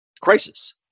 crisis